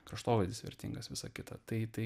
kraštovaizdis vertingas visa kita tai tai